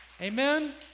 Amen